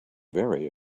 very